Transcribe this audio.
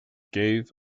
gave